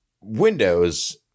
windows